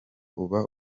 uba